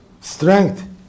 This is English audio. strength